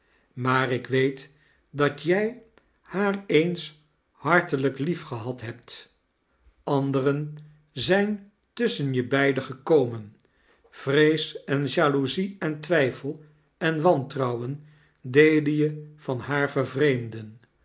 maar ik weet dat jij haar eens hartelijk liefgehad hebt anderen zijn tik schen je beiden gekomen vreeb en jaloezie en twijfel en wantrooiwen deden je van haar vervreemden